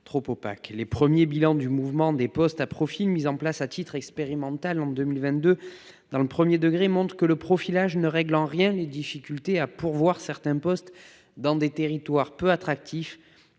trop opaques. Le premier bilan sur le mouvement des postes à profil mis en place à titre expérimental en 2022 dans le premier degré montre que le profilage ne règle en rien les difficultés à pourvoir certains postes dans des territoires peu attractifs,